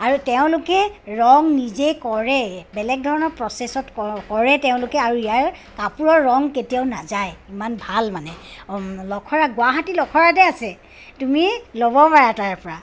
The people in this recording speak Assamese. আৰু তেওঁলোকে ৰং নিজে কৰে বেলেগ ধৰণৰ প্ৰচেছত কৰে তেওঁলোকে আৰু ইয়াৰ কাপোৰৰ ৰং কেতিয়াও নাযায় ইমান ভাল মানে লখৰাত গুৱাহাটীৰ লখৰাতে আছে তুমি ল'ব পাৰা তাৰ পৰা